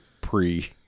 pre